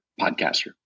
podcaster